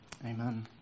Amen